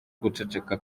guceceka